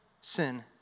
Sin